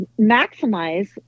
maximize